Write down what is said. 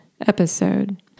episode